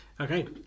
okay